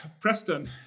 Preston